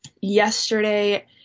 yesterday